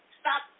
Stop